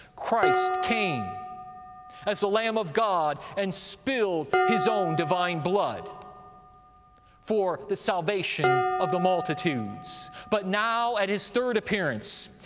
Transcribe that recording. christ came as the lamb of god and spilled his own divine blood for the salvation of the multitudes, but now at his third appearance,